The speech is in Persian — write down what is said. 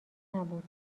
نبود